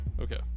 Okay